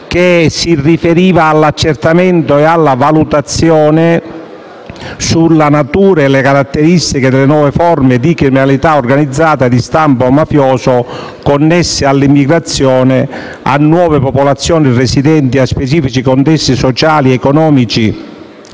Commissione, l'accertamento e la valutazione della natura e delle caratteristiche delle nuove forme di criminalità organizzata di stampo mafioso connesse all'immigrazione, a nuove popolazioni residenti e a specifici contesti sociali, economici